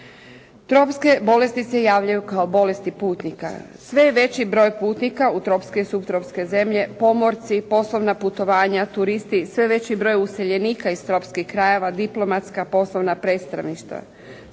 Tropske bolesti se javljaju kao bolesti putnika. Sve je veći broj putnika u tropske i suptropske zemlje, pomorci, poslovna putovanja, turisti, sve veći broj useljenika iz tropskih krajeva, diplomatska poslovna predstavništva.